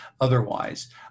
otherwise